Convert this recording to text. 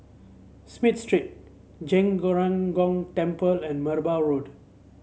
Smith Street Zhen Ren Gong Temple and Merbau Road